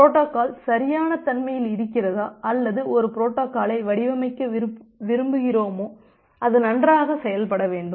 protocol சரியான தன்மையில் இருக்கிறதா அல்லது ஒரு புரோட்டோகாலை வடிவமைக்க விரும்புகிறோமா அது நன்றாக செயல்பட வேண்டும்